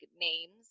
names